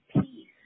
peace